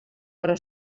però